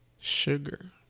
sugar